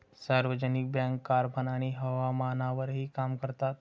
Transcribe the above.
सार्वजनिक bank carbon आणि हवामानावरही काम करतात